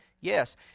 Yes